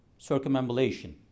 circumambulation